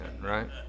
right